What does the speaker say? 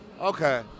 Okay